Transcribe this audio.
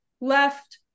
left